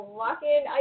walking